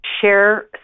Share